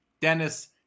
Dennis